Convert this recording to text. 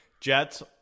Jets